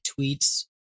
tweets